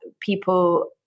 people